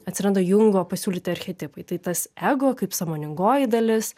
atsiranda jungo pasiūlyti archetipai tai tas ego kaip sąmoningoji dalis